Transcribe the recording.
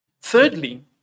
Thirdly